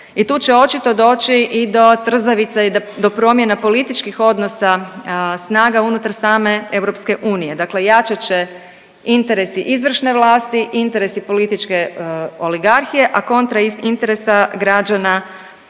i tu će očito doći i do trzavica i do promjena političkih odnosa snaga unutar same EU, dakle jačat će interesi izvršne vlasti, interesi političke oligarhije, a kontra interesa građana